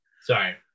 Sorry